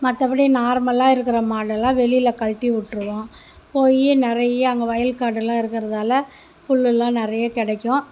மற்றபடி நார்மலாக இருக்கிற மாடெல்லாம் வெளியில் கழட்டி விட்ருவோம் போய் நிறைய அங்கே வயல் காடெல்லாம் இருக்கிறதுனால புல்லுலாம் நிறைய கிடைக்கும்